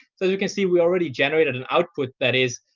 so as you can see, we already generated an output that is